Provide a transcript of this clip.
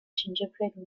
gingerbread